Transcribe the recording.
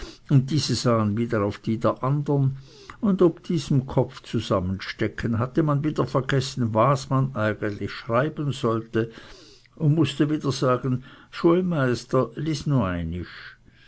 und diese sahen wieder auf die der andern ob diesem kopfzusammenstrecken hatte man wieder vergessen was man eigentlich schreiben sollte und mußte wieder sagen